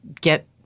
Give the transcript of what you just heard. get